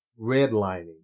Redlining